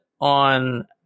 on